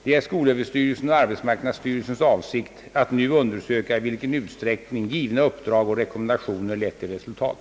Det är skolöverstyrelsens och arbetsmarknadsstyrelsens avsikt att nu undersöka i vilken utsträckning givna uppdrag och rekommendationer lett till resultat.